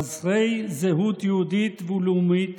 חסרי זהות יהודית ולאומית